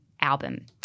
album